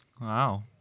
Wow